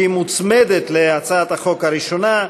שהיא מוצמדת להצעת החוק הראשונה,